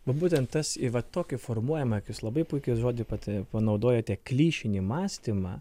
nu būtent tas į vat tokį formuojamą jūs labai puikiai žodį pat panaudojote klišinį mąstymą